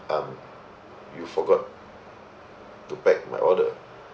um you forgot to pack my order